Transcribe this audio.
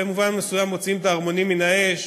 במובן מסוים מוציאים את הערמונים מן האש,